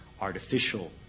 artificial